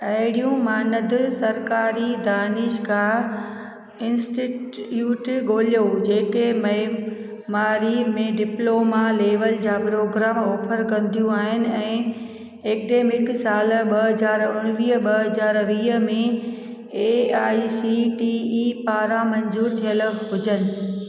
अहिड़ियूं मानदु सरकारी दानिश्गाह इंस्टिट्यूट ॻोल्हयो जेके मए मारीअ में डिप्लोमा लेवल जा प्रोग्राम ऑफर कंदियूं आहिनि ऐं एडेमिक साल ॿ हज़ार उणवीह ॿ हज़ार वीह में A I E C T E पारां मंज़ूरु थियल हुजनि